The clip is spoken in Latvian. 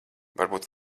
varbūt